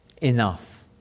enough